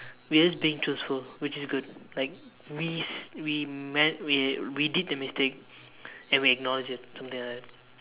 we are just being truthful which is good like we we meant we we did the mistake and we acknowledge it something like that